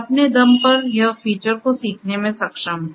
अपने दम पर यह फीचर को सीखने में सक्षम है